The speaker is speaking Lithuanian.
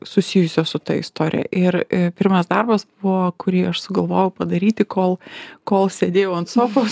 susijusio su ta istorija ir pirmas darbas buvo kurį aš sugalvojau padaryti kol kol sėdėjau ant sofos